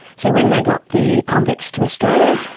so when they got the convicts to australia,